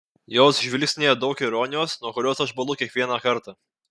jos žvilgsnyje daug ironijos nuo kurios aš bąlu kiekvieną kartą